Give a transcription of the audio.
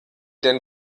denn